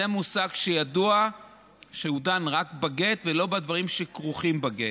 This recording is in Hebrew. זה מושג ידוע שהוא דן רק בגט ולא בדברים שכרוכים בגט.